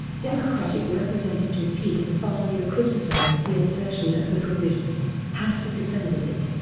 democratic representative peter defazio criticized the insertion of the provision hastert defended it.